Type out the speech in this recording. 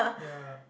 ya